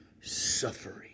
suffering